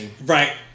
right